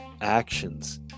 actions